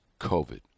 COVID